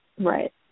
Right